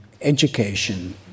education